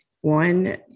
one